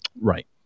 Right